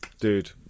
dude